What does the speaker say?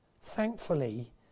Thankfully